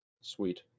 Sweet